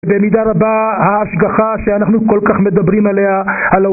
במידה רבה ההשגחה שאנחנו כל כך מדברים עליה, על ה...